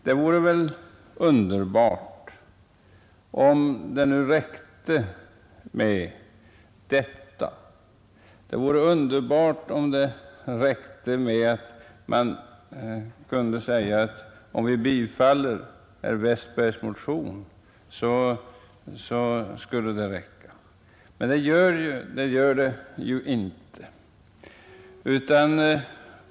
Det vore underbart om det räckte med detta eller om det räckte med att vi biföll herr Westbergs motion. Men det gör det inte.